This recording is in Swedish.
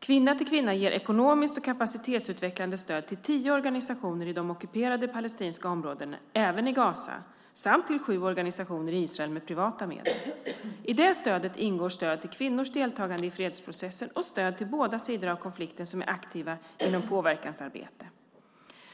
Kvinna till Kvinna ger ekonomiskt och kapacitetsutvecklande stöd till tio organisationer i de ockuperade palestinska områdena, även i Gaza, samt till sju organisationer i Israel med privata medel. I det stödet ingår stöd till kvinnors deltagande i fredsprocessen och stöd till båda sidor av konflikten som är aktiva inom påverkansarbete, till exempel FN-resolution 1325.